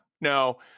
no